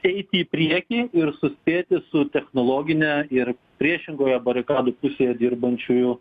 eiti į priekį ir suspėti su technologine ir priešingoje barikadų pusėje dirbančiųjų